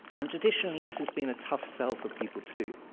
and traditionally, this has been a tough sell for people too.